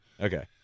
okay